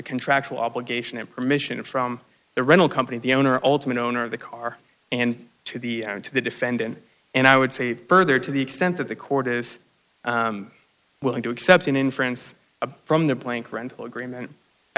contractual obligation and permission from the rental company the owner ultimate owner of the car and to the to the defendant and i would say further to the extent that the court is willing to accept an inference from the blank rental agreement i